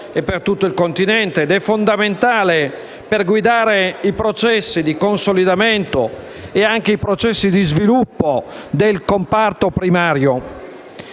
di tutto il Continente e sia fondamentale per guidare i processi di consolidamento e di sviluppo del comparto primario.